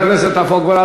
חבר הכנסת עפו אגבאריה.